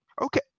Okay